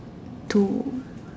to